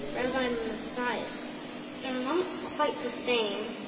rabbi mathias they're not quite the same.